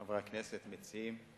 חברי הכנסת המציעים,